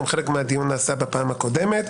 גם חלק מהדיון נעשה בפעם הקודם.